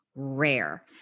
rare